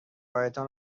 هایتان